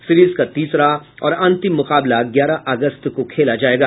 series का तीसरा और अंतिम मुकाबला ग्यारह अगस्त को खेला जायेगा